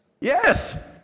Yes